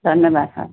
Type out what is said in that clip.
ধন্যবাদ হয়